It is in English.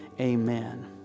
Amen